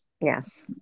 yes